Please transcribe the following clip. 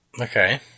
Okay